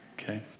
okay